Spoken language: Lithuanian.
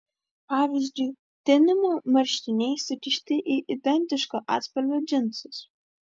pavyzdžiui denimo marškiniai sukišti į identiško atspalvio džinsus